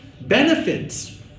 benefits